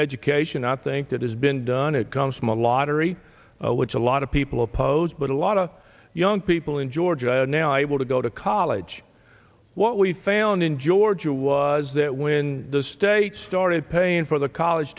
education i think that has been done it comes from a lottery which a lot of people oppose but a lot of young people in georgia are now able to go to college what we found in georgia was that when the states started paying for the college